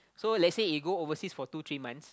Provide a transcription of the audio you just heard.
so lets say he go overseas for two three months